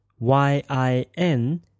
yin